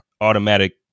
automatic